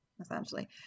essentially